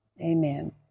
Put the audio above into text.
amen